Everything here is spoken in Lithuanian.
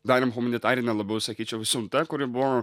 darėm humanitarinę labiau sakyčiau siunta kuri buvo